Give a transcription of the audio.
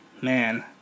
Man